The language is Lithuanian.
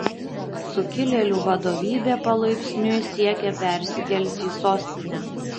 sukilėlių vadovybė palaipsniui siekia persikelti į sostinę